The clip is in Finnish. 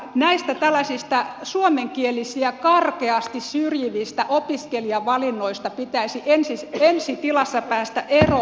näistä tällaisista suomenkielisiä karkeasti syrjivistä opiskelijavalinnoista pitäisi ensi tilassa päästä eroon